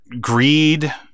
greed